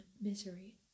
misery